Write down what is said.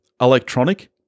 electronic